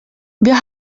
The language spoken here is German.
wir